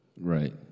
Right